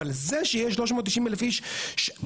אבל זה שיש 390 אלף איש בשנתיים,